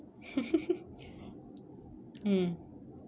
mm